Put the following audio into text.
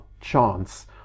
chance